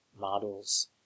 models